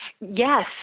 Yes